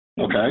Okay